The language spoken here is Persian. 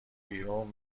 بیرون